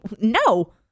no